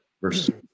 versus